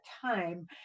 time